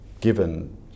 given